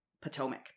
potomac